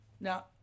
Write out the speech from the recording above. Now